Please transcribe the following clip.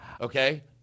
Okay